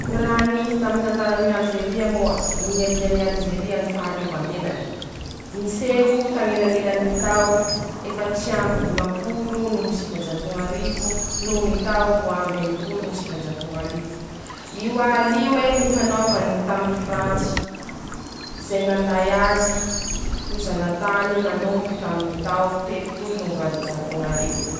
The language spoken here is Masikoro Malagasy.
Ñy raha nisy taminy tantarany ñ'Alizeria moa: ñ'ialiany Alizeria ñy fahaleovanteñany, niseho tañelañelany ñy tao efatr'amby dimampolo no sivanjato no ñ'arivo noho ñy tao roa amby enimpolo no sivanjato no ñ'arivo, io al'io e nifanaovany ñy taminy frantsy, izay nanday ho zanatany nanomboky ñy tao telopolo no ñy valonjato ñ'arivo.